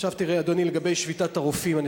עכשיו תראה, אדוני, לגבי שביתת הרופאים.